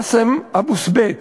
באסם אבו סבית